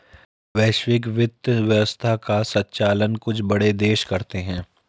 वैश्विक वित्त व्यवस्था का सञ्चालन कुछ बड़े देश करते हैं